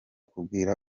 kubwira